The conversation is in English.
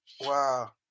Wow